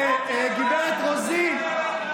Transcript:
גברת רוזין,